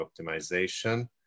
optimization